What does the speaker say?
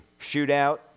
shootout